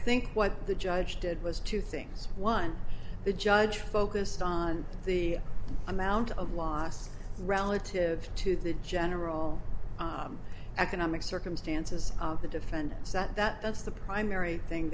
think what the judge did was two things one the judge focused on the amount of loss relative to the general economic circumstances of the defendants that that that's the primary thing